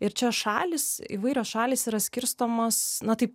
ir čia šalys įvairios šalys yra skirstomos na taip